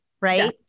right